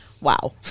wow